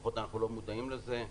לפחות אנחנו לא מודעים לזה.